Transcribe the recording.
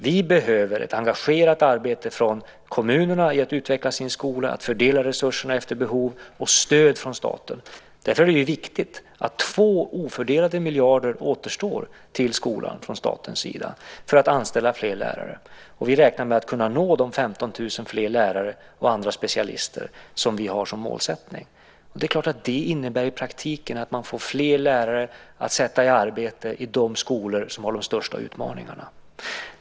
Vi behöver ett engagerat arbete från kommunerna för att utveckla skolan, att fördela resurserna efter behov och stöd från staten. Därför är det viktigt att två ofördelade miljarder från statens sida återstår till skolan, för att anställa fler lärare. Vi räknar med att kunna nå de 15 000 fler lärare och andra specialister som vi har som målsättning. Det innebär i praktiken att man får fler lärare att sätta i arbete i de skolor som har de största utmaningarna.